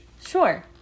Sure